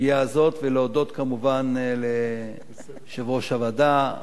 ולהודות כמובן ליושב-ראש הוועדה חבר הכנסת